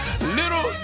little